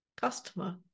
Customer